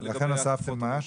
לכן הוספתם מה?